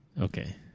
Okay